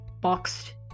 boxed